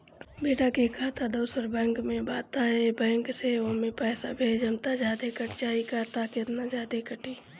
बेटा के खाता दोसर बैंक में बा त ए बैंक से ओमे पैसा भेजम त जादे कट जायी का त केतना जादे कटी?